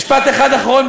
משפט אחד אחרון,